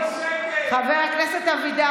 חבר הכנסת אבידר,